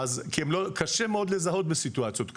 כמו שגברתי אמרה כי קשה מאוד לזהות בסיטואציות כאלו.